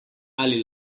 ali